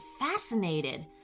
fascinated